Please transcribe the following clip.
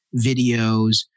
videos